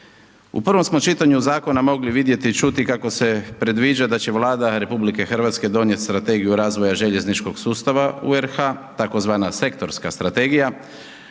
U prvom smo čitanju zakona mogli vidjeti i čuti kako se predviđa da će Vlada RH donijet strategiju razvoja željezničkog sustava u RH tzv. sektorska strategija,